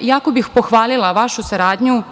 jako bih pohvalila vašu saradnju